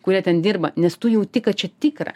kurie ten dirba nes tu jauti kad čia tikra